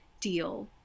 deal